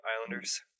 Islanders